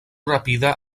rapida